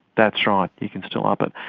that's right, you can still up it.